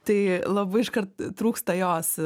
tai labai iškart trūksta jos